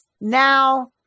Now